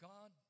God